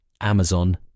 Amazon